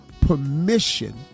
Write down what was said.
permission